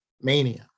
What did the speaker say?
Mania